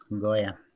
Goya